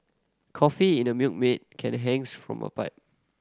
coffee in a Milkmaid can hangs from a pipe